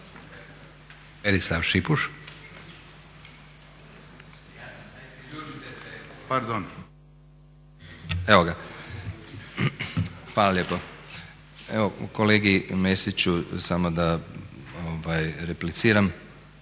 Hvala lijepo. Evo kolegi Mesiću samo da repliciram.